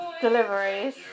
deliveries